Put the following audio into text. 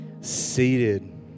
seated